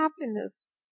happiness